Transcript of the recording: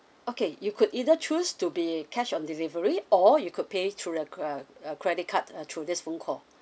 okay you could either choose to be cash on delivery or you could pay through the cre~ uh credit card uh through this phone call